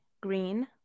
green